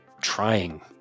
trying